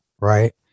right